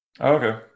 Okay